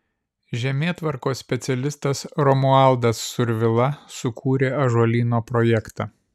žemėtvarkos specialistas romualdas survila sukūrė ąžuolyno projektą